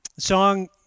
song